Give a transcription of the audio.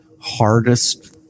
hardest